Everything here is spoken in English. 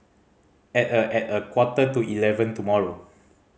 at a at a quarter to eleven tomorrow